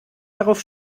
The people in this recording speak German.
darauf